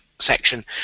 section